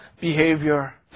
behavior